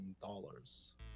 dollars